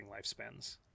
lifespans